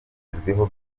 yitezweho